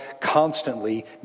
constantly